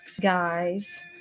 guys